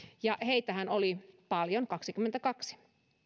ja heitähän oli paljon kaksikymmentäkaksi